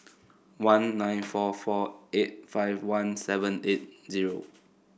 one nine four four eight five one seven eight zero